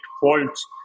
faults